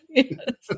yes